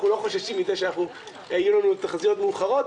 אנחנו לא חוששים מזה שיהיו לנו תחזיות מאוחרות,